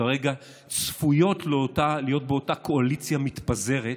שכרגע צפויות להיות באותה קואליציה מתפזרת,